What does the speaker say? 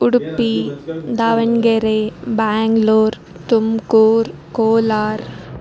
Udupi Davanagere Bangalore Tumkur Kolar